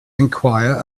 enquire